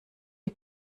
ihr